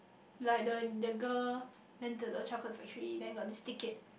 like the the the girl went to the chocolate factory then got its ticket